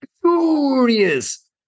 furious